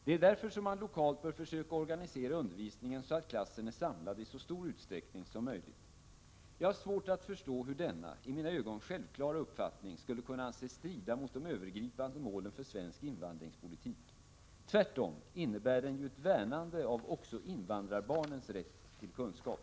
Det är därför som man lokalt bör försöka organisera undervisningen så att klassen är samlad i så stor utsträckning som möjligt. Jag har svårt att förstå hur denna, i mina ögon självklara, uppfattning skulle kunna anses strida mot de övergripande målen för svensk invandringspolitik. Tvärtom innebär den ju ett värnande av också invandrarbarnens rätt till kunskap.